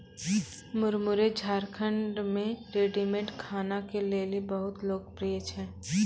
मुरमुरे झारखंड मे रेडीमेड खाना के लेली बहुत लोकप्रिय छै